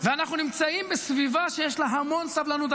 אנחנו נמצאים בסביבה שיש לה המון סבלנות,